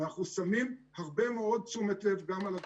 ואנחנו שמים הרבה מאוד תשומת לב גם על ההדרכות.